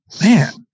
Man